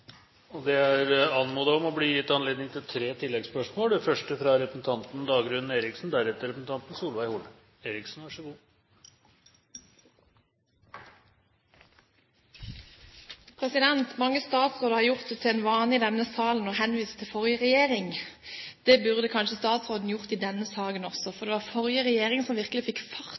Det er anmodet om og blir gitt anledning til tre oppfølgingsspørsmål – først Dagrun Eriksen. Mange statsråder har gjort det til en vane i denne salen å henvise til forrige regjering. Det burde kanskje statsråden ha gjort i denne saken også, for det var forrige regjering som virkelig fikk fart